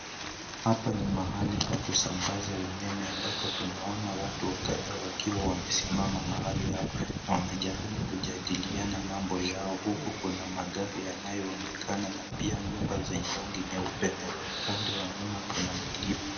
Hapa ni mahali pa kusambaza umeme, ambapo tunaona watu kadhaa wakiwa wamesimama mahali hapa na wanajaribu kujadiliana mambo yao huku kuna magari yanayoonekana na pia nyumba zenye rangi nyeupe na upande wa nyuma kuna milima.